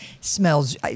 smells